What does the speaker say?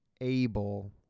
able